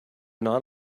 not